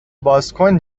بازکن